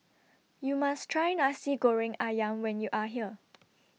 YOU must Try Nasi Goreng Ayam when YOU Are here